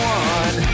one